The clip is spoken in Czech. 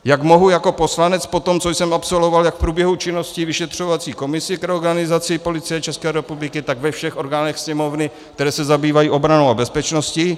Jak mohu jako poslanec potom, co jsem absolvoval jak v průběhu činnosti vyšetřovací komise k reorganizaci Policie České republiky, tak ve všech orgánech Sněmovny, které se zabývají obranou a bezpečností...